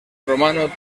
romano